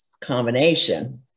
combination